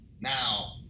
Now